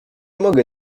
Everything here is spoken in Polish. mogę